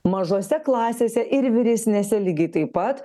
mažose klasėse ir vyresnėse lygiai taip pat